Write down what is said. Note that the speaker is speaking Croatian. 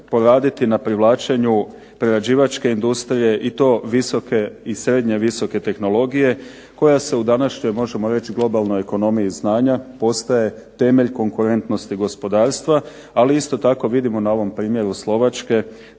na privlačenju prerađivačke industrije i to visoke i srednje visoke tehnologije koja se u današnjoj možemo reći globalnoj ekonomiji znanja postaje temelj konkurentnosti gospodarstva, ali isto tako vidimo na ovom primjeru Slovačke